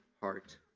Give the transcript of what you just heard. heart